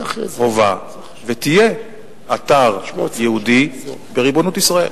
הווה ותהיה אתר יהודי בריבונות ישראל.